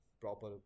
proper